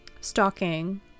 stalking